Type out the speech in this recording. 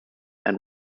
and